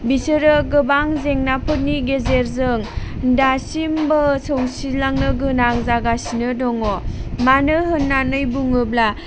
बिसोरो गोबां जेंनाफोरनि गेजेरजों दासिमबो सौसिलांनो गोनां जागासिनो दङ मानो होननानै बुङोब्ला